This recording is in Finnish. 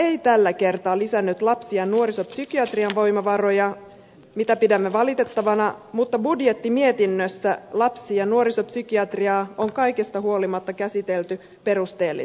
eduskunta ei tällä kertaa lisännyt lapsi ja nuorisopsykiatrian voimavaroja mitä pidämme valitettavana mutta budjettimietinnössä lapsi ja nuorisopsykiatriaa on kaikesta huolimatta käsitelty perusteellisesti